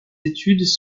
études